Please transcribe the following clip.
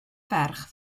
ferch